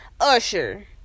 Usher